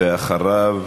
ואחריו